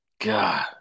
God